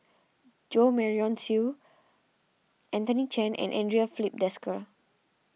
Jo Marion Seow Anthony Chen and andre Filipe Desker